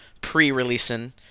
pre-releasing